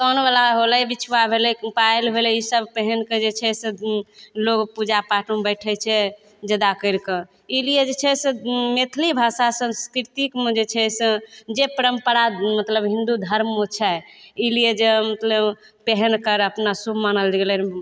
कानबला होलै बिछुआ भेलै ओ पायल भेलै ई सब पहिनकऽ जे छै से लोग पूजापाठमे बैठैत छै जादा करिकऽ एहि लिए जे छै से मैथली भाषा सांस्कृतिकमे जे छै से परम्परा जे मतलब हिन्दू धर्ममे छै एहि लिए जे मतलब पहिनकर अपना शुभ मानल गेलै रऽ